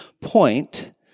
point